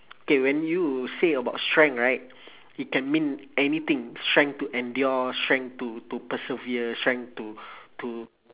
okay when you say about strength right it can mean anything strength to endure strength to to persevere strength to to